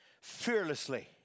fearlessly